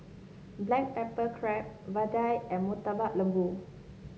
Black Pepper Crab vadai and Murtabak Lembu